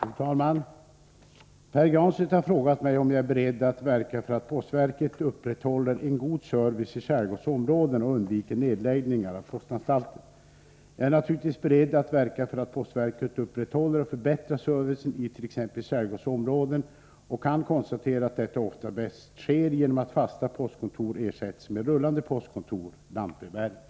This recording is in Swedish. Fru talman! Pär Granstedt har frågat mig om jag är beredd att verka för att postverket upprätthåller en god service i skärgårdsområden och undviker nedläggningar av postanstalter. Jag är naturligtvis beredd att verka för att postverket upprätthåller och förbättrar servicen i t.ex. skärgårdsområden, och jag kan konstatera att detta ofta bäst sker genom att fasta postkontor ersätts med rullande postkontor — lantbrevbäring.